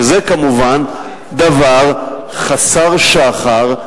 וזה כמובן דבר חסר שחר,